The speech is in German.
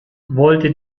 wollte